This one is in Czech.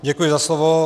Děkuji za slovo.